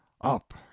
up